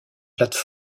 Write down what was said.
plates